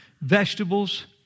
vegetables